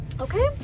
Okay